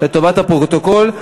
לטובת הפרוטוקול.